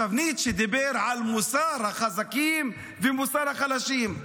ניטשה דיבר על מוסר החזקים ומוסר החלשים.